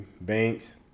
Banks